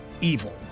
evil